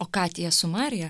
o katie sumarija